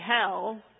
hell